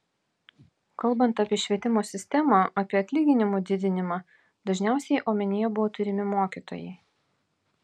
kalbant apie švietimo sistemą apie atlyginimų didinimą dažniausiai omenyje buvo turimi mokytojai